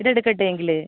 ഇത് എടുക്കട്ടെ എങ്കിൽ